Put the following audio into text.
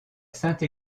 sainte